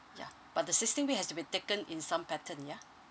yeah but the sixteen week has to be taken in some pattern yeah